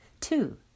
Two